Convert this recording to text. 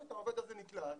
העובד הזה נקלט